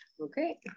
Okay